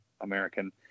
American